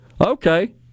Okay